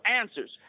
answers